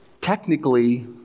technically